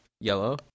Yellow